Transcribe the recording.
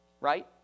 right